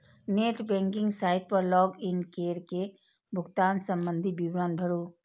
net banking site पर log in कैर के भुगतान संबंधी विवरण भरू